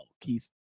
Keith